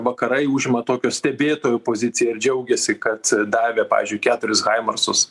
vakarai užima tokio stebėtojo poziciją ir džiaugiasi kad davė pavyzdžiui keturis haimarsus